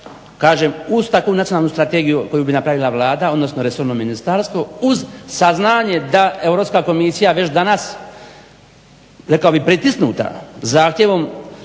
kažem uz takvu nacionalnu strategiju koju bi napravila Vlada odnosno resorno ministarstvo uz saznanje da europska komisija već danas rekao bi pritisnuta zahtjevom